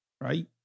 right